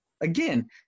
again –